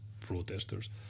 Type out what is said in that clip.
protesters